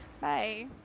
Bye